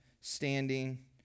standing